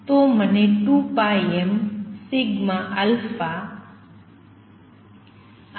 તો મને 2πm22CC α મળે છે